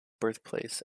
birthplace